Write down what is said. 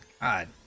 God